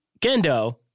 Gendo